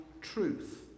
truth